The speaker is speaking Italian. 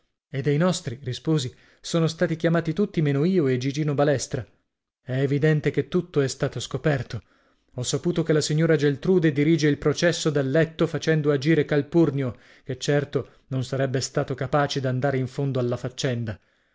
e dei nostri risposi sono stati chiamati tuttì meno io e gigino balestra è evidente che tutto è stato scoperto ho saputo che la signora geltrude dirige il processo dal letto facendo agire calpurnio che certo non sarebbe stato capace d'andare in fondo alla faccenda